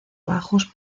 bajos